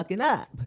up